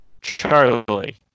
Charlie